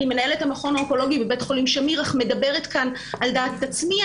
אני מנהלת המכון האונקולוגי בבית חולים שמיר אך מדברת כאן על דעת עצמי.